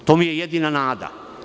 To je jedina nada.